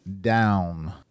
down